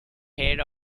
head